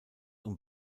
und